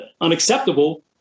unacceptable